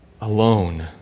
alone